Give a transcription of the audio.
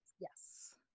Yes